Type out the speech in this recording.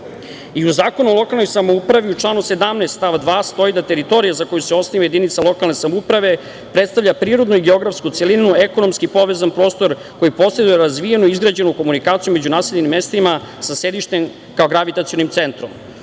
U Zakonu o lokalnoj samoupravi u članu 17. stav 2. stoji da teritorija za koju se osniva jedinca lokalne samouprave predstavlja prirodnu i geografsku celinu, ekonomski povezan prostor koji poseduje razvijenu i izgrađenu komunikaciju među naseljenim mestima sa sedištem kao gravitacionim centrom.U